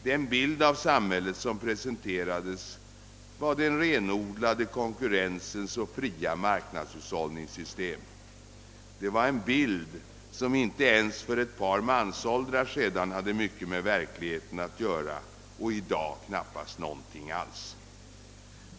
Den bild av samhället som presenterades var den renodlade konkurrensens och fria marknadshushållningens system. Det var en bild som inte ens för ett par mansåldrar sedan hade mycket med verklighe ten att göra, i dag knappast någonting alls.